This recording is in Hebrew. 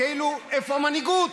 איפה מנהיגות?